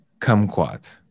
Kumquat